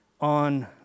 on